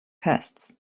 pests